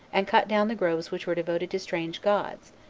and cut down the groves which were devoted to strange gods,